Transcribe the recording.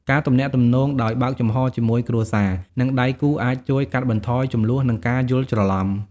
ការទំនាក់ទំនងដោយបើកចំហជាមួយគ្រួសារ និងដៃគូអាចជួយកាត់បន្ថយជម្លោះ និងការយល់ច្រឡំ។